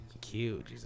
Cute